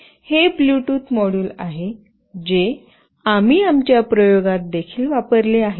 हे Bluetooth module आहे जे आम्ही आमच्या प्रयोगात देखील वापरले आहे